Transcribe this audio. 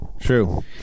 True